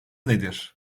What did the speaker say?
nedir